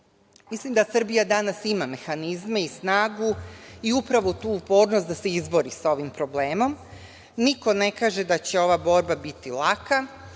Mislim da Srbija danas ima mehanizme i snagu i upravo tu upornost da se izbori sa ovim problemom. Niko ne kaže da će ova borba biti laka